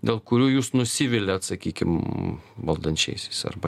dėl kurių jūs nusiviliat sakykim valdančiais arba